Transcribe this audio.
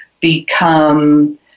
become